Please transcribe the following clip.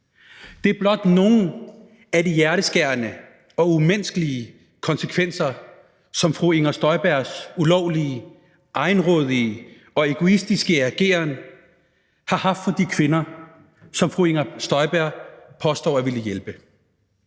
Det er blot nogle af de hjerteskærende og umenneskelige konsekvenser, som fru Inger Støjbergs ulovlige, egenrådige og egoistiske ageren har haft for de kvinder, som fru Inger Støjberg påstår at ville hjælpe,